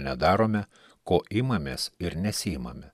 nedarome ko imamės ir nesiimame